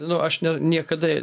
nu aš ne niekada